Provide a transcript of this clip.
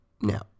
Now